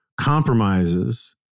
compromises